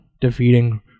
defeating